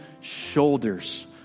shoulders